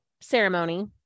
ceremony